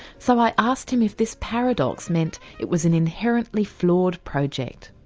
so i asked him if this paradox meant it was an inherently flawed project.